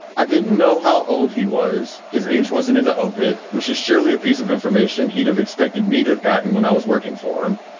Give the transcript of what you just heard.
i didn't know how old he was. his age wasn't in the obit, which is surely a piece. information he'd have expected me to have gotten when i was working for him.